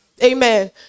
Amen